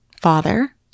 father